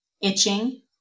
itching